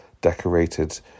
decorated